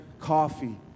coffee